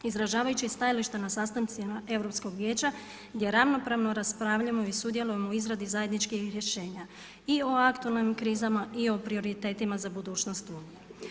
Izražavajući stajalište na sastancima Europskog vijeća gdje ravnopravno raspravljamo i sudjelujemo u izradi zajedničkih rješenja i o aktualnim krizama i o prioritetima za budućnost unije.